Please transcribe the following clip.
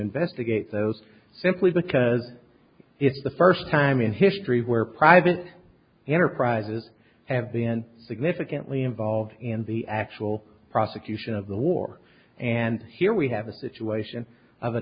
investigate those simply because it's the first time in history where private enterprises have been significantly involved in the actual prosecution of the war and here we have a situation of a